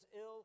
ill